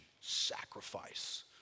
sacrifice